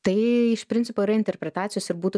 tai iš principo yra interpretacijos ir būtų